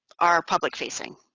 are public facing.